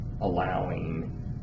allowing